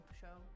show